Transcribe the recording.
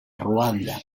ruanda